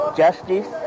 justice